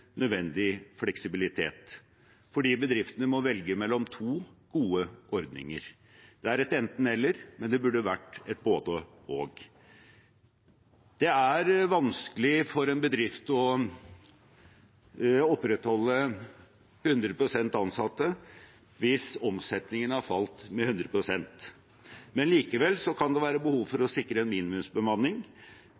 nødvendig fleksibilitet, fordi bedriftene må velge mellom to gode ordninger. Det er et enten–eller, men det burde vært et både–og. Det er vanskelig for en bedrift å opprettholde 100 pst. ansatte hvis omsetningen har falt med 100 pst. Likevel kan det være behov for